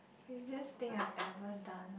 craziest thing I've ever done